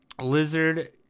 Lizard